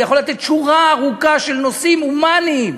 אני יכול לתת שורה ארוכה של נושאים הומניים